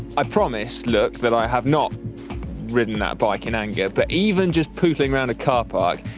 i promise, look, that i have not ridden that bike in anger, but even just pootling around a car park,